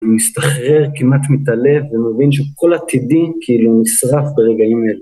הוא מסתחרר כמעט מתעלף, הוא מבין שכל עתידי כאילו הוא נשרף ברגעים האלה.